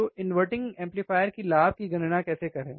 तो inverting amplifier के लाभ की गणना कैसे करें